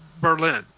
Berlin